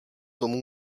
tomu